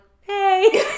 hey